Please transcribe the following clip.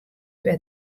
wer